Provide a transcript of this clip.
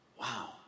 Wow